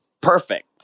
perfect